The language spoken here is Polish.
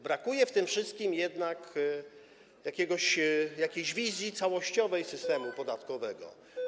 Brakuje w tym wszystkim jednak jakiejś wizji całościowej systemu podatkowego.